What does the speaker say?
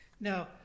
Now